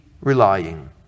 relying